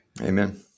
Amen